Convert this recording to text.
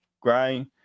Gray